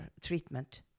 treatment